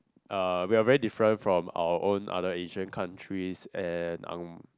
uh we are very different from our own other Asians countries and ang~